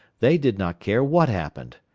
they did not care what happened.